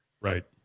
Right